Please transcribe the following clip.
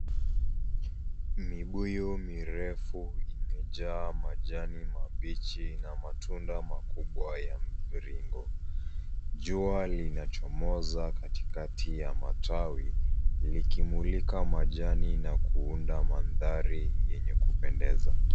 Mibuyu mirefu imejaa majani mabichi na matunda makubwa ya mviringo. Jua linachomoza katikati ya matawi, likimulika majani na kuunda mandhari yenye kupendeza.